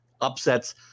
upsets –